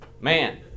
man